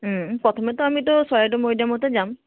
প্ৰথমতে আমিতো চৰাইদেউ মৈদামতে যাম